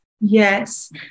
Yes